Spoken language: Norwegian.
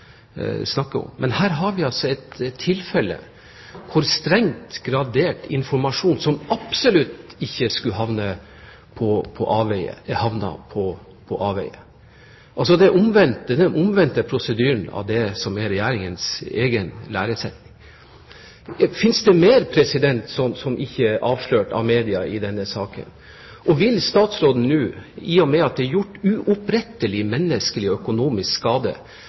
om. Men her har vi altså et tilfelle hvor strengt gradert informasjon som absolutt ikke skulle havne på avveier, havnet på avveier. Det er den omvendte prosedyren av det som er Regjeringens egen læresetning. Finnes det mer som ikke er avslørt av media i denne saken? Og vil statsråden nå – i og med at det er gjort uopprettelig menneskelig og økonomisk skade